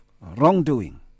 wrongdoing